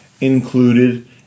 included